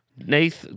Nate